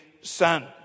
Son